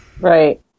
Right